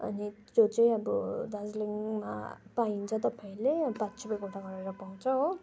अनि त्यो चाहिँ अब दार्जिलिङमा पाइन्छ तपाईँहरूले पाँच रुप्पे गोटा गरेर पाउँछ हो